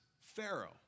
Pharaoh